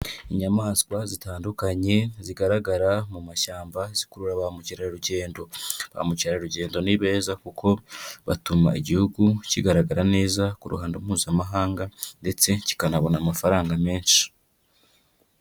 Inyamaswa zitandukanye zigaragara mu mashyamba zikurura ba mukerarugendo, ba mukerarugendo ni beza kuko batuma igihugu kigaragara neza ku ruhando Mpuzamahanga ndetse kikanabona amafaranga menshi.